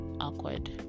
awkward